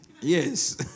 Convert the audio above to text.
Yes